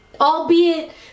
Albeit